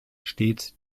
steht